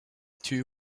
two